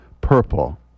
purple